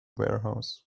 warehouse